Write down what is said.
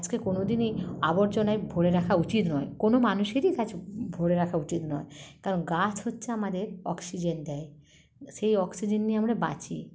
গাছকে কোনোদিনই আবর্জনায় ভরে রাখা উচিত নয় কোনো মানুষেরই গাছ ভরে রাখা উচিত নয় কারণ গাছ হচ্ছে আমাদের অক্সিজেন দেয় সেই অক্সিজেন নিয়ে আমরা বাঁচি